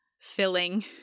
filling